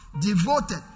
Devoted